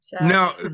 Now